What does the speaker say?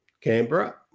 Canberra